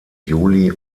juli